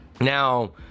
now